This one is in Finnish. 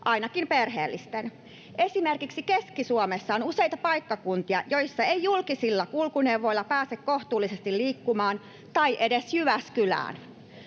ainakin perheellisten. Esimerkiksi Keski-Suomessa on useita paikkakuntia, joista ei julkisilla kulkuneuvoilla pääse kohtuullisesti liikkumaan — tai edes Jyväskylään.